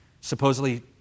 supposedly